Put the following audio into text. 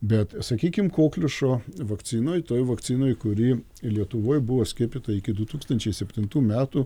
bet sakykim kokliušo vakcinoj toj vakcinoj kuri lietuvoj buvo skiepyta iki du tūkstančiai septintų metų